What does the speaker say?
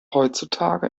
heutzutage